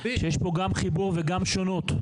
שיש פה גם חיבור וגם שונות,